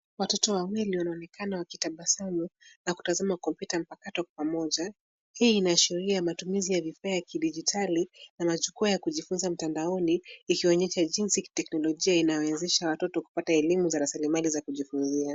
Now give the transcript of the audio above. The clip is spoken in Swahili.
Watoto wawili wanaonekana wakitabasamu na kutazama kompyuta mpakato pamoja. Hii inaashiria matumizi ya vifaa vya kidijitali na majukwaa ya kujifunza mtandaoni, ikionyesha jinsi teknolojia inawezesha watoto kupata elimu za rasilimali za kujifunzia.